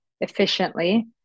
efficiently